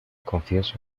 confieso